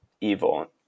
evil